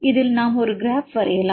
இதில் நாம் ஒரு க்ராப் வரையலாம்